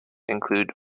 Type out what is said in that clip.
include